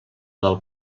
del